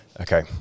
Okay